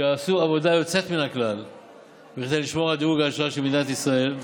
שעשו עבודה יוצאת מן הכלל בכדי לשמור על דירוג האשראי של מדינת ישראל.